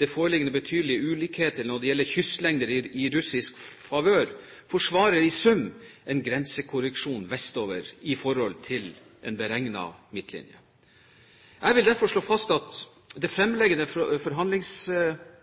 de foreliggende betydelige ulikheter når det gjelder kystlengder i russisk favør, forsvarer i sum en grensekorreksjon vestover i forhold til en beregnet midtlinje. Jeg vil derfor slå fast at det fremlagte forhandlingsresultatet vil komme til å bli til stor glede for